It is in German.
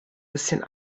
bisschen